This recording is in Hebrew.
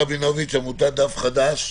אני מעמותת דף חדש.